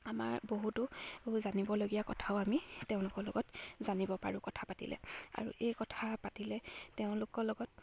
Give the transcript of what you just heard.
আমাৰ বহুতো জানিবলগীয়া কথাও আমি তেওঁলোকৰ লগত জানিব পাৰোঁ কথা পাতিলে আৰু এই কথা পাতিলে তেওঁলোকৰ লগত